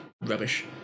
Rubbish